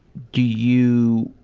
do you,